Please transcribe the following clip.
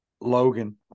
Logan